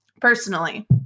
personally